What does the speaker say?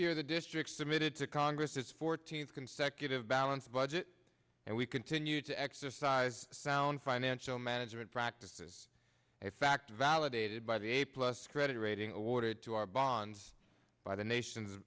year the districts submitted to congress his fourteenth consecutive balanced budget and we continue to exercise sound financial management practices a fact validated by the a plus credit rating awarded to our bonds by the nation